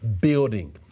building